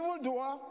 evildoer